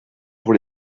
pour